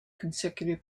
consecutive